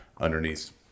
underneath